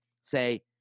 say